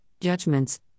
judgments